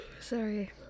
Sorry